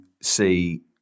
see